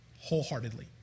wholeheartedly